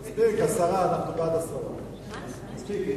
רבותי,